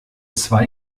zwei